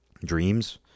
Dreams